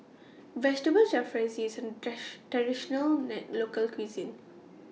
Vegetable Jalfrezi IS A Traditional A Local Cuisine